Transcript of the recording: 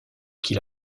qu’il